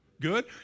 good